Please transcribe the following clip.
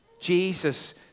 Jesus